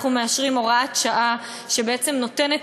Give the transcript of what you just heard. אנחנו מאשרים הוראת שעה שבעצם נותנת